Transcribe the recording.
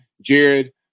Jared